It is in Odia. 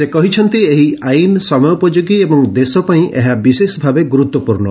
ସେ କହିଛନ୍ତି ଏହି ଆଇନ ସମୟୋପଯୋଗୀ ଏବଂ ଦେଶପାଇଁ ଏହା ବିଶେଷଭାବେ ଗୁରୁତ୍ୱପୂର୍ଣ୍ଣ